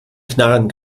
knarren